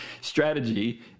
strategy